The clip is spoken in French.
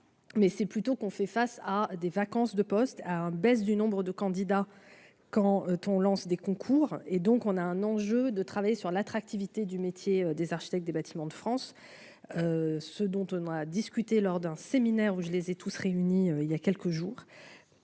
mais c'est plutôt qu'on fait face à des vacances de postes à un baisse du nombre de candidats quand ton lancent des concours et donc on a un enjeu de travailler sur l'attractivité du métier des architectes des Bâtiments de France, ce dont on a discuté lors d'un séminaire où je les ai tous réunis, il y a quelques jours,